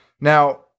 Now